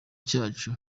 cyacu